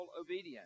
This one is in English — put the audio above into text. obedience